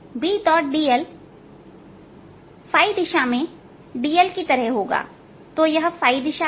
इसलिए Bdl दिशा में dl की तरह होगा तो यह दिशा देता है